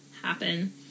happen